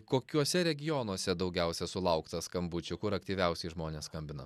kokiuose regionuose daugiausia sulaukta skambučių kur aktyviausiai žmonės skambina